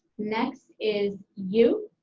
next is yu.